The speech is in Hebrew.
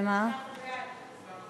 הצבענו בעד.